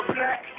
Black